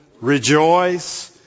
rejoice